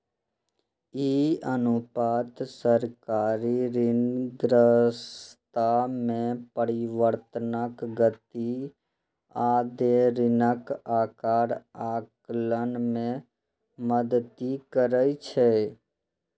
ई अनुपात सरकारी ऋणग्रस्तता मे परिवर्तनक गति आ देय ऋणक आकार आकलन मे मदति करै छै